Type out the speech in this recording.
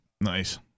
Nice